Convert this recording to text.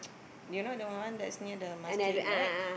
you know the one that's near the masjid right